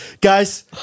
guys